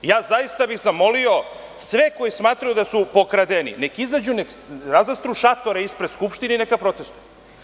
Ja bih zaista zamolio sve koji smatraju da su pokradeni, neka izađu, neka razastru šatore ispred Skupštine i neka protestvuju.